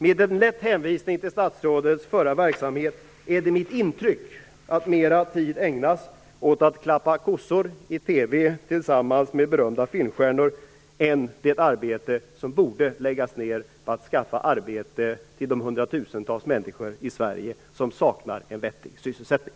Med en lätt hänvisning till statsrådets förra verksamhet är det mitt intryck att mer tid ägnas åt att klappa kossor i TV tillsammans med berömda filmstjärnor än åt det arbete som borde läggas ned på att skaffa arbete till de hundratusentals människor i Sverige som saknar en vettig sysselsättning.